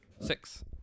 six